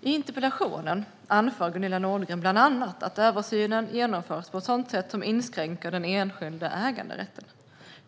I interpellationen anför Gunilla Nordgren bland annat att översynen genomförs på ett sätt som inskränker den enskilda äganderätten.